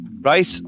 Right